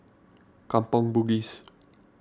Kampong Bugis